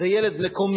זה היה ילד מקומי,